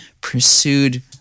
pursued